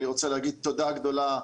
אני רוצה להגיד תודה גדולה,